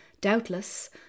doubtless